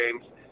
games